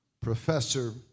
professor